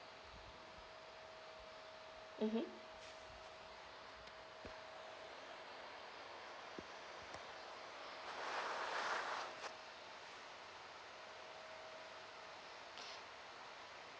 mmhmm